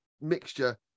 mixture